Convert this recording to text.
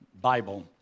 Bible